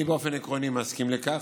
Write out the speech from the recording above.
אני באופן עקרוני מסכים לכך,